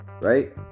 right